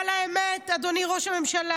אבל האמת היא, אדוני ראש הממשלה,